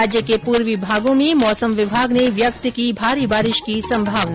प्रदेश के पूर्वी भागों में मौसम विभाग ने व्यक्त की भारी बारिश की संभावना